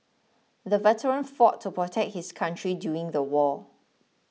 the veteran fought to protect his country during the war